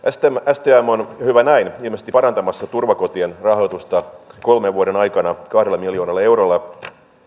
stm on hyvä näin ilmeisesti parantamassa turvakotien rahoitusta kolmen vuoden aikana kahdella miljoonalla eurolla